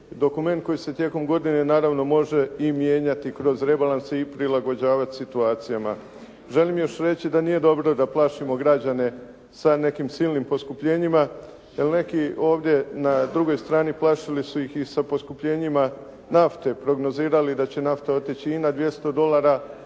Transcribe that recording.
dokument koji se tijekom godine naravno može i mijenjati kroz rebalanse i prilagođavati situacijama. Želim još reći da nije dobro da plašimo građane sa nekim silnim poskupljenjima jer neki ovdje na drugoj strani plašili su ih i sa poskupljenjima nafte, prognozirali da će nafta otići i na 200 dolara.